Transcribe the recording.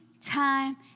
time